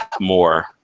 more